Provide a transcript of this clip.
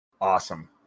Awesome